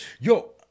Yo